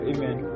Amen